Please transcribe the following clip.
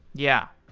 yeah.